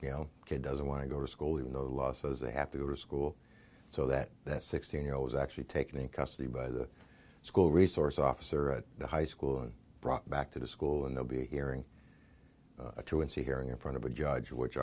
you know kid doesn't want to go to school when the law says they have to go to school so that that sixteen year old was actually taken in custody by the school resource officer at the high school and brought back to the school and they'll be hearing a truancy hearing in front of a judge which